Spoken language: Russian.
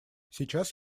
сейчас